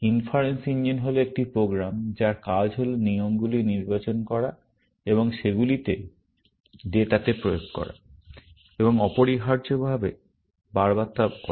inference engine হল একটি program যার কাজ হল নিয়মগুলি নির্বাচন করা এবং সেগুলিকে ডেটাতে প্রয়োগ করা এবং অপরিহার্যভাবে বারবার তা করা